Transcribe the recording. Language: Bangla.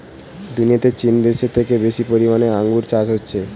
দুনিয়াতে চীন দেশে থেকে বেশি পরিমাণে আঙ্গুর চাষ হচ্ছে